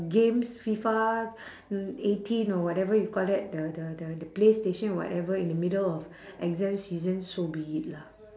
games FIFA eighteen or whatever you call that the the the the playstation whatever in the middle of exam season so be it lah